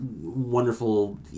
wonderful